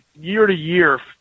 year-to-year